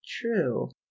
True